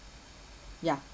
ya